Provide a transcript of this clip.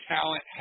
talent